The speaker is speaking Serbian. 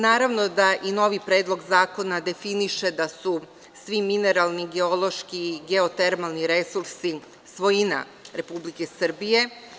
Naravno da i novi predlog zakona definiše da su svi mineralni, geološki i geotermalni resursi svojina Republike Srbije.